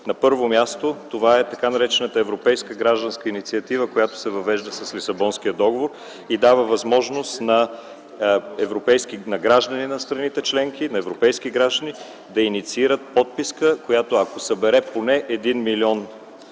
Първо, това е тъй наречената Европейска гражданска инициатива, която се въвежда с Лисабонския договор, и дава възможност на граждани на страните членки да инициират подписка, която ако събере поне един милион